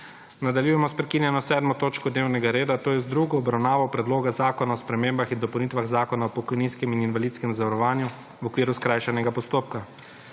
Nadaljujemo s **prekinjeno 7. točko dnevnega reda to je z drugo obravnavo Predloga zakona o spremembah in dopolnitvah Zakona o pokojninskem in invalidskem zavarovanju v okviru skrajšanega postopka.**